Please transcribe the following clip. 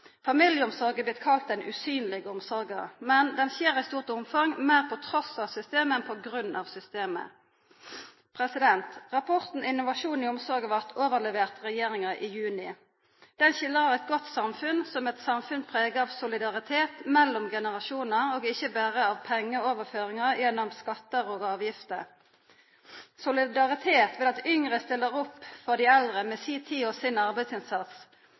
Familieomsorg er blitt kalla den usynlege omsorga. Men ho skjer i stort omfang meir på tross av systemet enn på grunn av systemet. Rapporten Innovasjon i omsorg blei overlevert regjeringa i juni. Den skildrar eit godt samfunn som eit samfunn prega av solidaritet mellom generasjonar, ikkje berre av pengeoverføringar gjennom skattar og avgifter – solidaritet ved at yngre stiller opp for dei eldre med si tid og sin arbeidsinnsats.